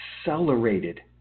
accelerated